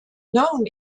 known